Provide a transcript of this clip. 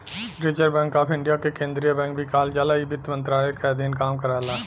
reserve Bank of India के केंद्रीय bank भी कहल जाला इ वित्त मंत्रालय के अधीन काम करला